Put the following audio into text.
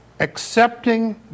Accepting